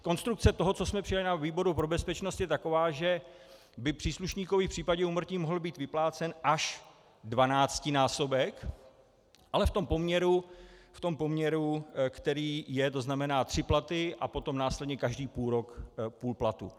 Konstrukce toho, co jsme přijali na výboru pro bezpečnost, je taková, že by příslušníkovi v případě úmrtí mohl být vyplácen až dvanáctinásobek, ale v tom poměru, který je, tedy tři platy a potom následně každý půlrok půl platu.